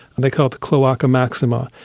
and they called the cloaca maxima.